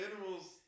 animals